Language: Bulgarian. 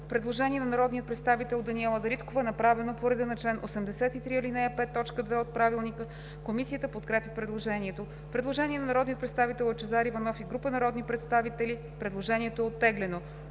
предложение на народния представител Даниела Дариткова, направено по реда на чл. 83, ал. 5, т. 2 от Правилника. Комисията подкрепя предложението. Предложение на народния представител Лъчезар Иванов и група народни представители. Предложението е оттеглено.